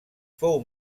fou